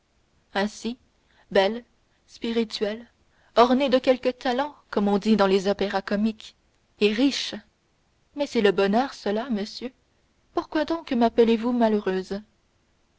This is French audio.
ainsi belle spirituelle ornée de quelque talent comme on dit dans les opéras comiques et riche mais c'est le bonheur cela monsieur pourquoi donc m'appelez-vous malheureuse